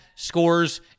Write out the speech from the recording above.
Scores